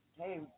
hey